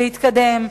להתקדם,